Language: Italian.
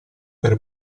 per